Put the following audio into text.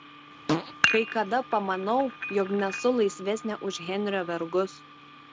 kai kada pamanau jog nesu laisvesnė už henrio vergus